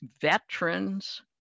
veterans